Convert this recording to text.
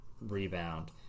rebound